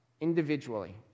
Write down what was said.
individually